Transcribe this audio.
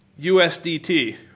USDT